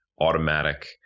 automatic